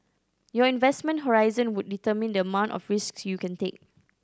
your investment horizon would determine the amount of risks you can take